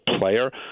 player